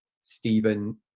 Stephen